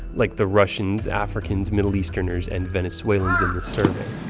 like the russians, africans, middle easterners, and venezuelans in this survey.